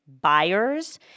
buyers